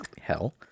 hell